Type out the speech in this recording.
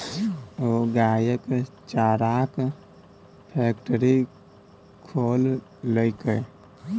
ओ गायक चाराक फैकटरी खोललकै